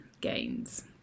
gains